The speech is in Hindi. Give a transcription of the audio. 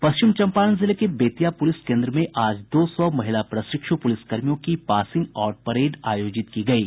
पश्चिमी चंपारण जिले के बेतिया पुलिस केन्द्र में आज दो सौ महिला प्रशिक्षु पुलिस कर्मियों की पासिंग आउट परेड आयोजित की गयी